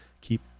Keep